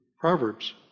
Proverbs